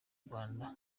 rwanda